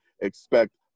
expect